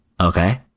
okay